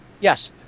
Yes